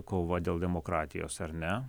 kova dėl demokratijos ar ne